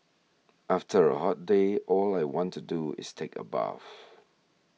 after a hot day all I want to do is take a bath